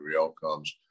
outcomes